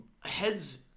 heads